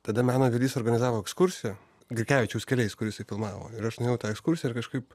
tada meno avilys organizavo ekskursiją grikevičiaus keliais kur jisai filmavo ir aš nuėjau į tą ekskursiją ir kažkaip